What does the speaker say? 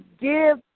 give